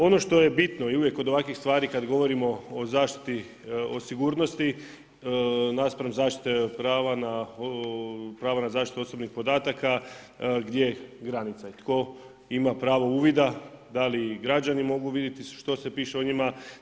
Ono što je bitno i uvijek kod ovakvih stvari kada govorimo o zaštiti o sigurnosti naspram prava na zaštitu osobnih podataka gdje je granica i tko ima pravo uvida, dali građani mogu vidjeti što se piše o njima.